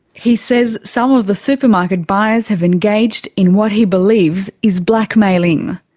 he says some of the supermarket buyers have engaged in what he believes is blackmailing.